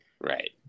Right